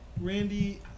Randy